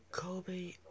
Kobe